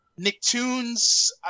Nicktoons